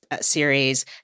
series